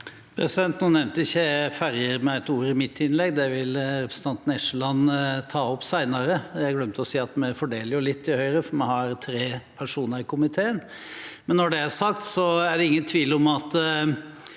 Nå nevnte ikke jeg ferjer med ett ord i mitt innlegg, det vil representanten Eskeland ta opp senere. Jeg glemte å si at vi fordeler litt i Høyre, for vi har tre personer i komiteen. Når det er sagt, er det ingen tvil om at